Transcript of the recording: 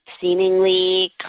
seemingly